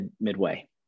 midway